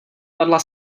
padla